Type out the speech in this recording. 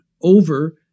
over